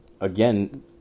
again